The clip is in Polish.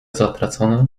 zatracone